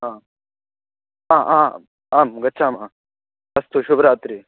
आ आ आ आं गच्छामः अस्तु शुभरात्रिः